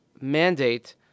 mandate